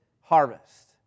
harvest